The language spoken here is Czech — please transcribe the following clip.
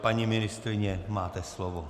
Paní ministryně, máte slovo.